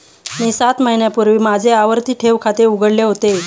मी सात महिन्यांपूर्वी माझे आवर्ती ठेव खाते उघडले होते